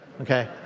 okay